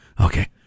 okay